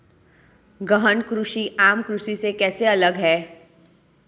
गहन कृषि आम कृषि से कैसे अलग है?